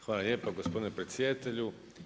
Hvala lijepo gospodine predsjedatelju.